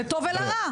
לטוב ולרע.